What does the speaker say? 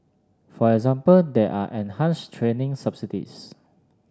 for example there are enhanced training subsidies